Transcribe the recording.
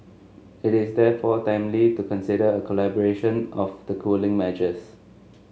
it is therefore timely to consider a calibration of the cooling measures